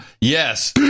yes